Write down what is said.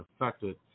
affected